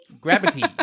Gravity